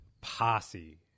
posse